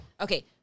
Okay